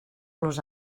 los